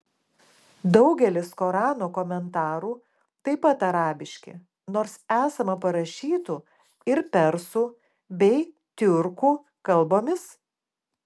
daugelis korano komentarų taip pat arabiški nors esama parašytų ir persų bei tiurkų kalbomis